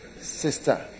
Sister